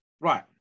Right